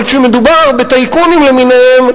אבל כשמדובר בטייקונים למיניהם,